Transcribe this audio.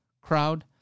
crowd